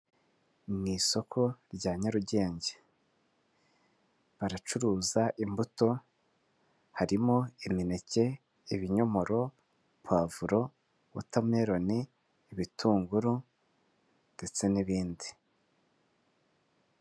Mu isoko rya nyarugenge . Baracuruza imbuto harimo :imineke, ibinyomoro, pavuro wotameloni, ibitunguru ndetse n'ibindi.